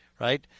Right